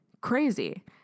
crazy